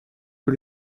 que